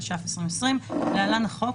התש"ף 2020 (להלן החוק),